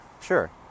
sure